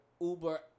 uber